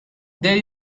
there